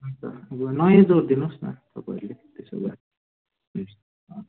हुन्छ अब नयाँ जोडिदिनु होस् न तपाईँले त्यसो भए